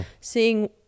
seeing